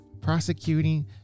prosecuting